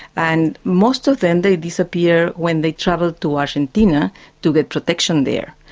and most of them, they disappeared when they traveled to argentina to get protection there.